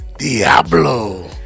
Diablo